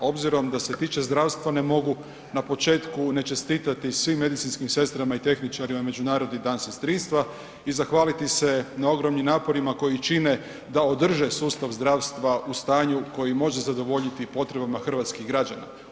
Obzirom da se tiče zdravstva, ne mogu na početku ne čestitati svim medicinskim sestrama i tehničarima Međunarodni dan sestrinstva i zahvaliti se na ogromnim naporima koji čine da održe sustav zdravstva u stanju koji može zadovoljiti potrebama hrvatskih građana.